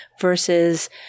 versus